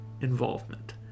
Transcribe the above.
involvement